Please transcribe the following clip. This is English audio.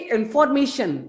information